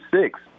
six